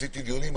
קיימתי דיונים,